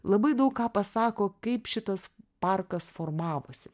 labai daug ką pasako kaip šitas parkas formavosi